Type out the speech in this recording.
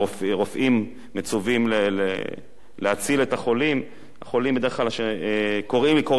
רופאים מצווים להציל את החולים; קורה